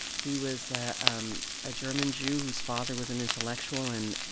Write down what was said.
he was um a german jew whose father was an intellectual. and,